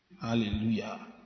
Hallelujah